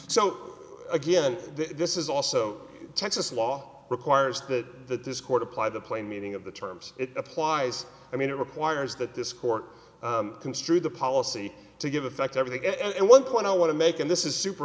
so again this is also texas law requires the dischord apply the plain meaning of the terms it applies i mean it requires that this court construed the policy to give effect everything and one point i want to make and this is super